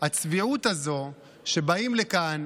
הצביעות הזו, שבאים לכאן